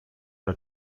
are